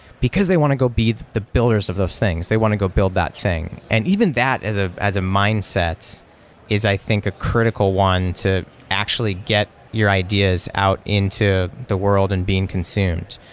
because they want to go be the the builders of those things. they want to go build that thing. and even that as ah as a mindset is i think a critical one to actually get your ideas out into the world and being consumed,